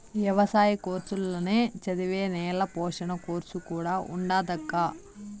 ఎవసాయ కోర్సుల్ల నే చదివే నేల పోషణ కోర్సు కూడా ఉండాదక్కా